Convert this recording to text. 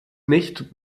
nicht